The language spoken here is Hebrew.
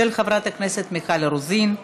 של חברת הכנסת מיכל רוזין,